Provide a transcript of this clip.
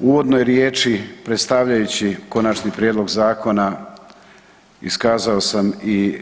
U uvodnoj riječi predstavljajući konačni prijedlog zakona iskazao sam i